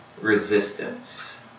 resistance